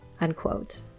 Unquote